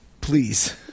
Please